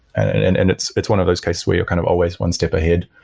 and and it's it's one of those cases where you kind of always one step ahead,